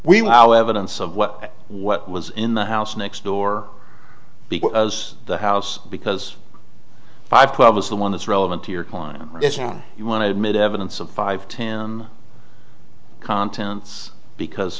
now evidence of what what was in the house next door because the house because five twelve is the one that's relevant to your client you want to admit evidence of five ten contents because